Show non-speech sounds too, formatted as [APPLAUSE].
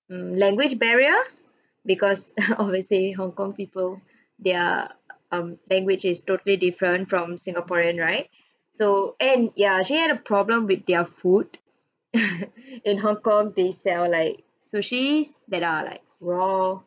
mm language barriers because [LAUGHS] obviously hong kong people they're um language is totally different from singaporean right so and ya she had a problem with their food [LAUGHS] in hong kong they sell like sushi's that are like raw